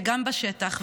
גם בשטח,